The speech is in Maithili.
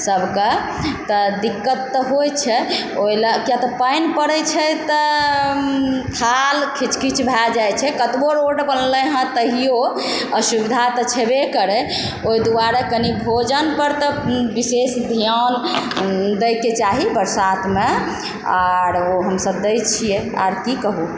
सबके तऽ दिक्कत तऽ होइ छै ओहि लए किआ तऽ पानि पड़ै छै तऽ थाल खिचखिच भए जाइ छै कतबो रोड बनलै हँ तैयो असुविधा तऽ छेबे करै ओहि दुआरे कनि भोजनपर तऽ विशेष ध्यान दए के चाही बरसातमे आओर हमसब दए छियै आओर की कहु